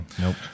Nope